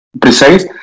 precise